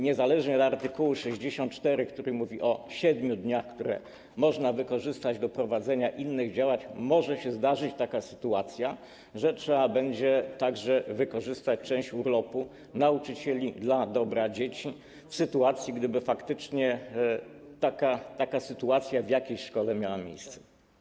Niezależnie od art. 64, który mówi o 7 dniach, które można wykorzystać do prowadzenia innych działań, może się zdarzyć taka sytuacja, że trzeba będzie także wykorzystać część urlopu nauczycieli dla dobra dzieci, w sytuacji gdyby faktycznie taka sytuacja w jakiejś szkole miała miejsce.